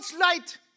light